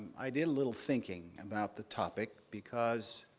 i did a little thinking about the topic, because